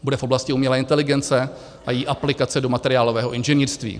Bude v oblasti umělé inteligence a její aplikace do materiálového inženýrství.